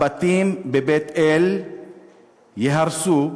הבתים בבית-אל ייהרסו,